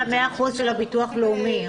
על ה-100% של הביטוח הלאומי.